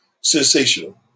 Sensational